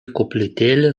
koplytėlė